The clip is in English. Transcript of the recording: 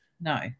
No